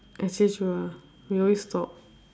actually true ah we always talk